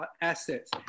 assets